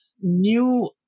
new